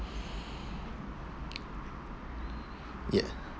ya